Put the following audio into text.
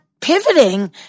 pivoting